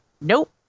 nope